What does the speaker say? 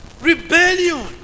rebellion